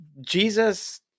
Jesus